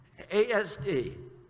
ASD